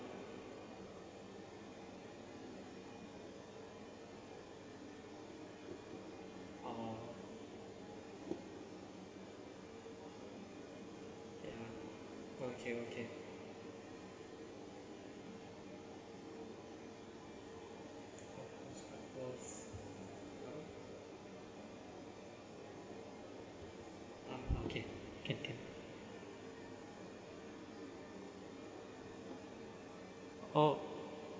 uh ya okay okay okay okay oh